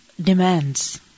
demands